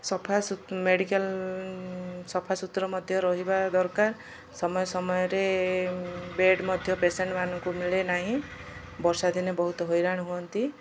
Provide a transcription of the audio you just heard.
ସଫା ମେଡ଼ିକାଲ ସଫାସୁତୁରା ମଧ୍ୟ ରହିବା ଦରକାର ସମୟ ସମୟରେ ବେଡ଼ ମଧ୍ୟ ପେସେଣ୍ଟମାନଙ୍କୁ ମିଳେ ନାହିଁ ବର୍ଷା ଦିନେ ବହୁତ ହଇରାଣ ହୁଅନ୍ତି